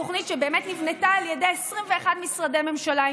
זאת תוכנית שבאמת נבנתה על ידי 21 משרדי ממשלה,